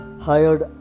hired